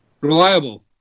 reliable